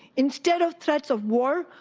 instead of threats of war,